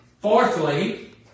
Fourthly